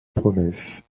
promesse